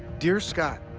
dear scott,